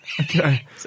Okay